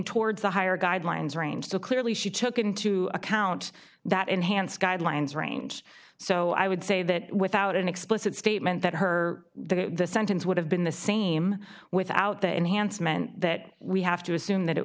towards the higher guidelines range so clearly she took into account that enhanced guidelines range so i would say that without an explicit statement that her sentence would have been the same without the enhancement that we have to assume that